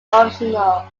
optional